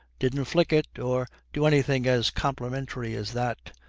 didn't flick it, or do anything as complimentary as that.